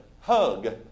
hug